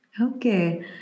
Okay